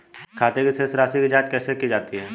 खाते की शेष राशी की जांच कैसे की जाती है?